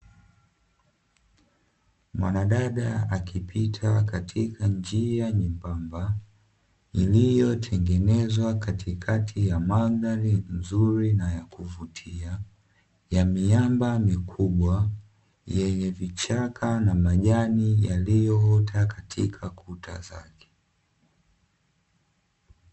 Mwanadada akipita katika njia nyembamba iliyotengenezwa katikati ya mandhari nzuri na ya kuvutia, ya miamba mikubwa yenye vichaka na majani yaliyoota katika kuta zake.